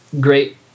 great